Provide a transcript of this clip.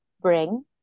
bring